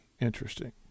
interesting